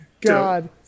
God